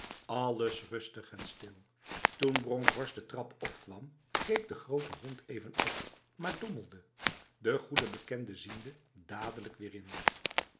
alles rustig en stil toen bronkhorst de trap opkwam keek de grote hond even op maar dommelde de goede bekende ziende dadelijk weer in